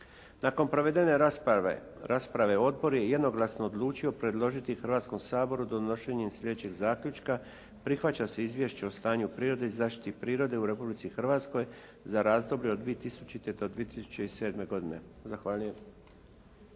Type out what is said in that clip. Nakon provedene rasprave Odbor je jednoglasno odlučio predložiti Hrvatskom saboru donošenje sljedećeg zaključka: "Prihvaća se Izvješće o stanju prirode i zaštiti prirode u Republici Hrvatskoj za razdoblje od 2000. do 2007. godine.". Zahvaljujem.